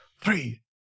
three